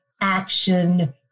action